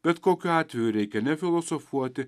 bet kokiu atveju reikia ne filosofuoti